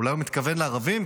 אולי הוא מתכוון לערבים,